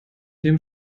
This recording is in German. dem